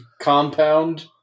compound